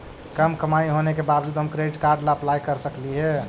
कम कमाई होने के बाबजूद हम क्रेडिट कार्ड ला अप्लाई कर सकली हे?